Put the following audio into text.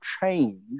change